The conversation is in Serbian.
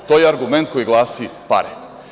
To je argument koji glasi – pare.